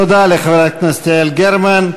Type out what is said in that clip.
תודה לחברת הכנסת יעל גרמן.